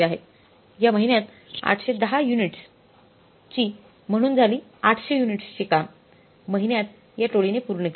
या महिन्यात 810 युनिट्सची म्हणून झाली 800 युनिट्स च काम महिन्यात या टोळीने पूर्ण केले